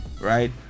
right